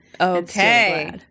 Okay